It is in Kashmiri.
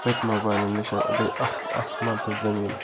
پٕتہِ موبایِلہٕ نِش گٔے اَتھ آسمان تہِ زمیٖن فرق